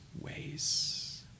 ways